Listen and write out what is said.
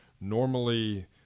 normally